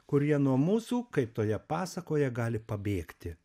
kurie nuo mūsų kaip toje pasakoje gali pabėgti